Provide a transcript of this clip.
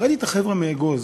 וראיתי את החבר'ה מיחידת אגוז,